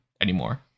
anymore